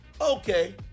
Okay